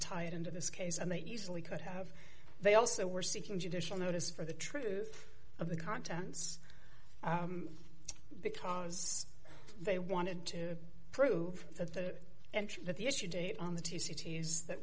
tie it into this case and they easily could have they also were seeking judicial notice for the truth of the contents because they wanted to prove that the entry that the issue date on the two cities that